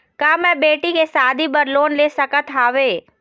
का मैं बेटी के शादी बर लोन ले सकत हावे?